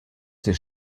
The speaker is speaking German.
des